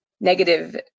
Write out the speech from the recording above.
negative